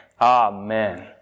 Amen